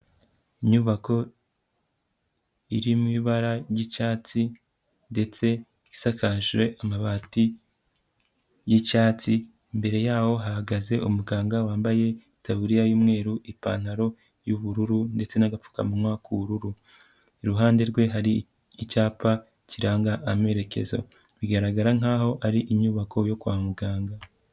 Inyubako iri mu ibara ry'icyatsi ndetse isakaje amabati y'icyatsi, imbere yaho hahagaze umuganga wambaye itaburiya y'umweru, ipantaro y'ubururu ndetse n'agapfukamunwa k'ubururu, iruhande rwe hari icyapa kiranga amerekezo, bigaragara nkaho ari inyubako yo kwa muganga.